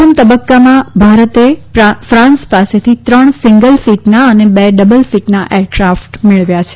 પ્રથમ તબક્કામાં ભારતે ફાન્સ પાસેથી ત્રણ સિંગલ સીટનાં અને બે ડબલ સીટનાં એરક્રાફટ મેળવ્યા છે